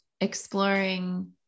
exploring